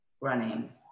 running